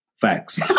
Facts